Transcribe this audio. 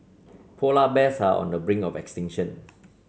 polar bears are on the brink of extinction